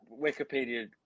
Wikipedia